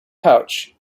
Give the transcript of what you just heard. pouch